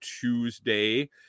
Tuesday